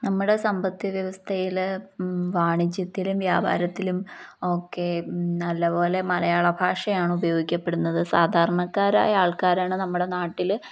നമ്മുടെ സാമ്പത്തിക വ്യവസ്ഥയിൽ വാണിജ്യത്തിലും വ്യാപാരത്തിലും ഒക്കെ നല്ലതു പോലെ മലയാള ഭാഷയാണ് ഉപയോഗിക്കപ്പെടുന്നത് സാധാരണക്കാരായ ആൾക്കാരാണ് നമ്മുടെ നാട്ടിൽ